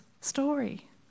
story